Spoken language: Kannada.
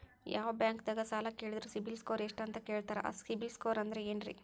ಯಾವ ಬ್ಯಾಂಕ್ ದಾಗ ಸಾಲ ಕೇಳಿದರು ಸಿಬಿಲ್ ಸ್ಕೋರ್ ಎಷ್ಟು ಅಂತ ಕೇಳತಾರ, ಈ ಸಿಬಿಲ್ ಸ್ಕೋರ್ ಅಂದ್ರೆ ಏನ್ರಿ?